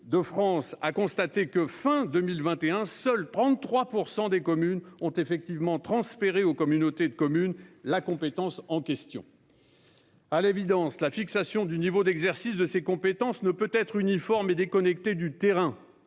de France (AdCF) a constaté que, à la fin de 2021, seules 33 % des communes avaient effectivement transféré aux communautés de communes la compétence en question. À l'évidence, la fixation du niveau d'exercice de cette compétence ne peut être uniforme et déconnectée du terrain,